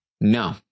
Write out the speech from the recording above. No